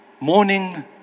morning